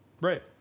Right